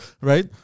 right